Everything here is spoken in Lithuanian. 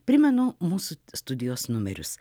primenu mūsų studijos numerius